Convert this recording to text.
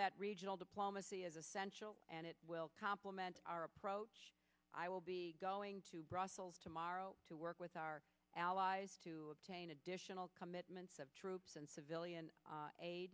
that regional diplomacy is essential and it will complement our approach i will be going to brussels tomorrow to work with our allies to obtain additional commitments of troops and civilian aid